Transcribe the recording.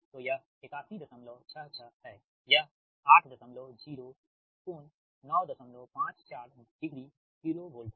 तो यह 8166 है यह 80 कोण 954 डिग्री KV है